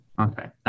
Okay